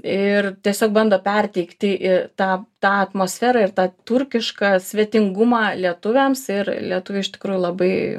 ir tiesiog bando perteikti tą tą atmosferą ir tą turkišką svetingumą lietuviams ir lietuviai iš tikrųjų labai